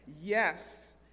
Yes